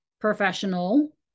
professional